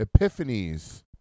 epiphanies